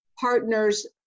partner's